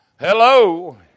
Hello